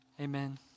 amen